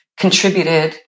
contributed